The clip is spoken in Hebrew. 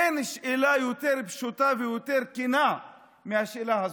אין שאלה יותר פשוטה ויותר כנה מהשאלה הזאת.